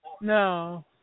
No